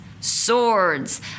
swords